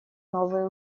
новые